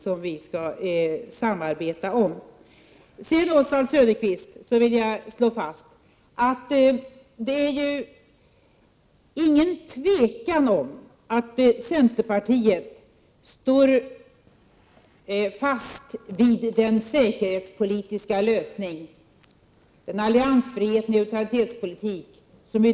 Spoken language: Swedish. Jag vill vidare, Oswald Söderqvist, framhålla att det inte råder något tvivel om att centerpartiet står fast vid den svenska alliansfriheten och neutralitetspolitiken.